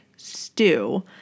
stew